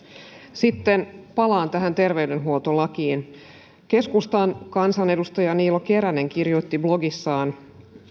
sitten palaan tähän terveydenhuoltolakiin keskustan kansanedustaja niilo keränen kirjoitti blogissaan